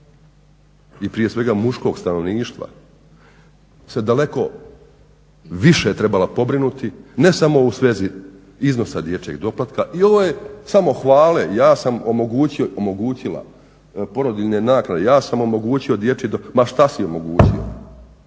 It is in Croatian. i prije svega muškog stanovništva se daleko više trebala pobrinuti, ne samo u svezi iznosa dječjeg doplatka. I ove samohvale ja sam omogućio/omogućila porodiljne naknade, ja sam omogućio dječji, ma šta si omogućio,